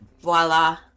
voila